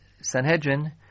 Sanhedrin